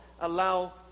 allow